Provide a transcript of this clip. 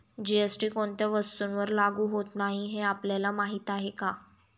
GST कोणत्या वस्तूंवर लागू होत नाही हे आपल्याला माहीत आहे का?